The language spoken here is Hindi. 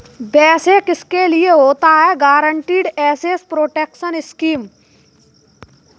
वैसे किसके लिए होता है गारंटीड एसेट प्रोटेक्शन स्कीम?